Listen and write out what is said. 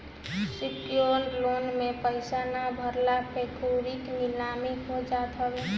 secured loan में पईसा ना भरला पे कुड़की नीलामी हो जात हवे